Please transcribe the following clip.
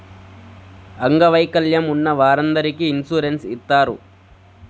అంగవైకల్యం ఉన్న వారందరికీ ఇన్సూరెన్స్ ఇత్తారు